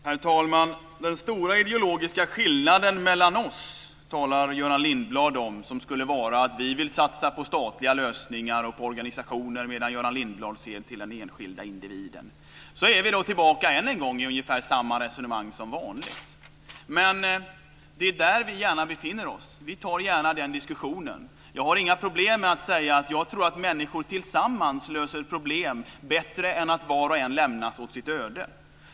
Herr talman! Göran Lindblad talar om att den stora ideologiska skillnaden mellan oss skulle vara att vi vill satsa på statliga lösningar och på organisationer medan Göran Lindblad ser till den enskilde individen. Så är vi då än en gång tillbaka i ungefär samma resonemang som vanligt. Men där befinner vi oss gärna. Vi tar gärna den diskussionen. Jag har inga problem med att säga att jag tror att människor tillsammans löser problem bättre än om var och en lämnas åt sitt öde.